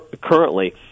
Currently